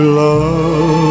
love